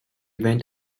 went